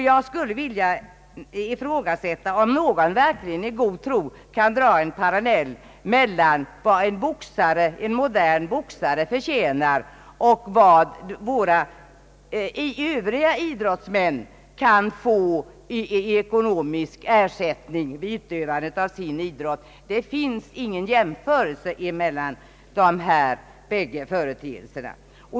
Jag skulle vilja ifrågasätta om någon verkligen i god tro kan dra en parallell mellan vad en modern boxare förtjänar och vad våra övriga idrottsmän kan få i ekonomisk ersättning vid utövandet av sin idrott. Det kan inte göras någon jämförelse mellan dessa båda företeelser.